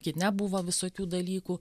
kine buvo visokių dalykų